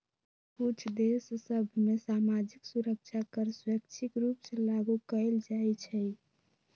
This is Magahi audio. कुछ देश सभ में सामाजिक सुरक्षा कर स्वैच्छिक रूप से लागू कएल जाइ छइ